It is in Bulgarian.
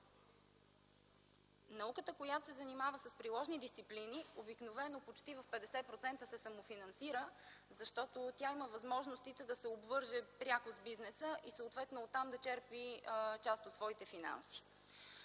Науката, която се занимава с приложни дисциплини, обикновено почти в 50% се самофинансира, защото тя има възможностите да се обвърже пряко с бизнеса и съответно оттам да черпи част от своите финанси.